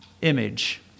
image